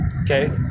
Okay